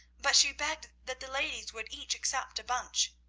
but she begged that the ladies would each accept a bunch.